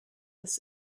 das